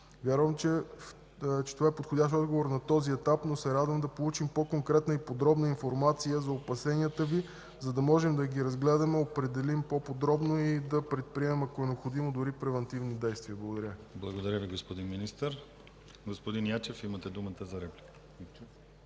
Вярвам, че това е подходящ отговор на този етап, но ще се радвам да получим по-конкретна и подробна информация за опасенията Ви, за да можем да ги разгледаме, определим по подробно и да предприемем, ако е необходимо, дори превантивни действия. Благодаря. ПРЕДСЕДАТЕЛ ДИМИТЪР ГЛАВЧЕВ: Благодаря Ви, господин Министър. Господин Ячев, имате думата за реплика.